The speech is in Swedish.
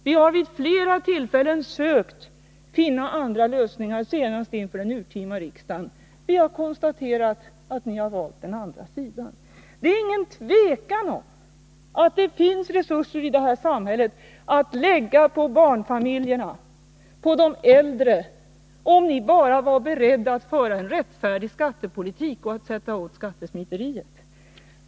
Vi har vid flera tillfällen sökt finna andra lösningar — senast inför det urtima riksmötet — och vi har konstaterat att ni har valt den andra sidan. Det är inget tvivel om att det i detta samhälle finns resurser att lägga på barnfamiljerna och på de äldre, om Nr 9 ni bara vore beredda att föra en rättfärdig skattepolitik och sätta åt skattesmiteriet.